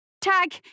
Tag